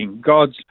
God's